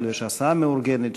אפילו יוצאת הסעה מאורגנת.